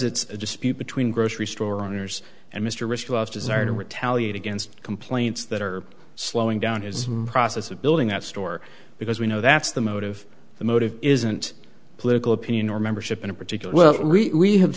it's a dispute between grocery store owners and mr wristwatch desire to retaliate against complaints that are slowing down his process of building that store because we know that's the motive the motive isn't political opinion or membership in a particular well we have